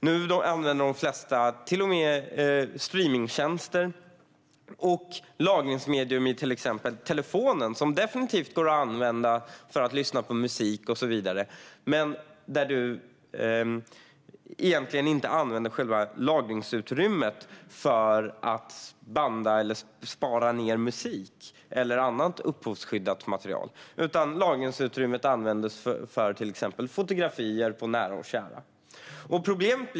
Nu använder de flesta till och med streamningstjänster och lagringsmedier i till exempel telefonen, som definitivt går att använda för att lyssna på musik och så vidare. Men du använder egentligen inte själva lagringsutrymmet för att banda eller spara ned musik eller annat upphovsrättsskyddat material, utan lagringsutrymmet används för till exempel fotografier på nära och kära.